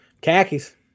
Khakis